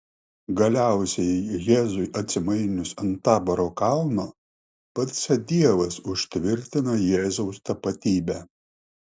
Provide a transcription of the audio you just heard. galiausiai jėzui atsimainius ant taboro kalno pats dievas užtvirtina jėzaus tapatybę